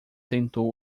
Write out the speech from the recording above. tentou